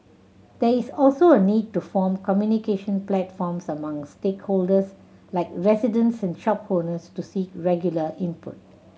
there is also a need to form communication platforms among stakeholders like residents and shop owners to seek regular input